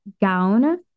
Gown